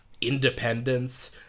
independence